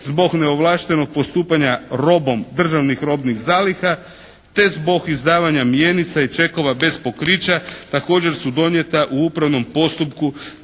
zbog neovlaštenog postupanja robom Državnih robnih zaliha te zbog izdavanja mjenica i čekova bez pokrića također su donijeta u upravnom postupku